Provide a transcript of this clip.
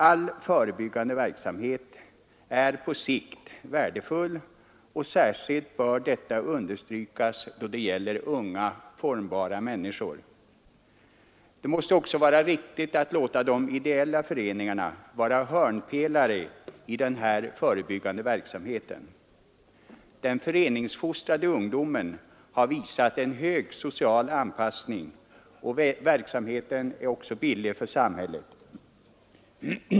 All förebyggande verksamhet är på sikt värdefull, och särskilt bör detta understrykas då det gäller unga, formbara människor. Det måste också var riktigt att låta de ideella föreningarna vara hörnpelare i den förebyggande verksamheten. Den föreningsfostrade ungdomen har visat en hög social anpassning, och verksamheten är också billig för samhället.